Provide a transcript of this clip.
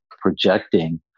projecting